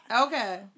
Okay